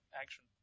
action